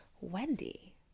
Wendy